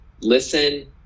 listen